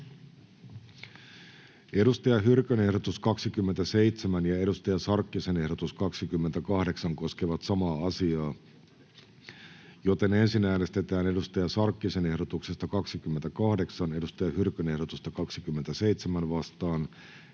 Saara Hyrkön ehdotus 46 ja Hanna Sarkkisen ehdotus 47 koskevat samaa asiaa. Ensin äänestetään Hanna Sarkkisen ehdotuksesta 47 Saara Hyrkön ehdotusta 46 vastaan